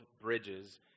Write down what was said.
bridges